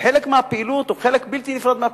וחלק מהפעילות או חלק בלתי נפרד מהפעילות,